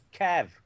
Kev